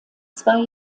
zwei